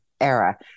era